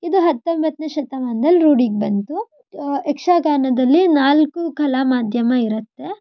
ಇದು ಹತ್ತೊಂಬತ್ತನೇ ಶತಮಾನ್ದಲ್ಲಿ ರೂಢಿಗೆ ಬಂತು ಯಕ್ಷಗಾನದಲ್ಲಿ ನಾಲ್ಕು ಕಲಾಮಾಧ್ಯಮ ಇರುತ್ತೆ